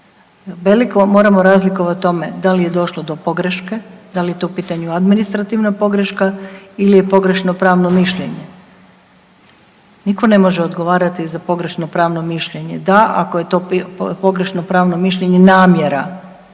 veliko, moramo razlikovati tome da li je došlo do pogreške, da li je to u pitanju administrativna pogreška ili je pogrešno pravno mišljenje. Nitko ne može odgovarati za pogrešno pravno mišljenje. Da, ako je to pogrešno pravno mišljenje namjera